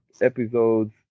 episodes